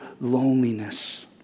loneliness